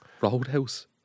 Roadhouse